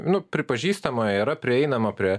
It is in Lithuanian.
nu pripažįstama yra prieinama prie